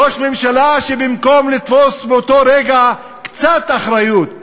ראש ממשלה שבמקום לתפוס באותו רגע קצת אחריות,